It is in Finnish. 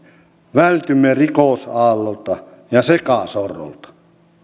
vältymme rikosaallolta ja sekasorrolta